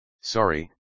Sorry